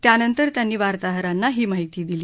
त्यानंतर त्यांनी वार्ताहरांना ही माहिती दिली